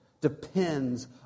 depends